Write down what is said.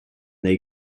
they